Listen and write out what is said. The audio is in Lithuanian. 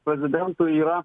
prezidentui yra